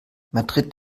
madrid